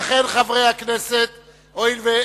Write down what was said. של קבוצת סיעת